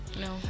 No